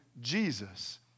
Jesus